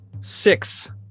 six